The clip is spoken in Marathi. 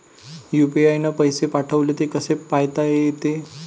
यू.पी.आय न पैसे पाठवले, ते कसे पायता येते?